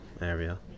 area